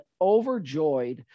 overjoyed